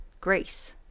grace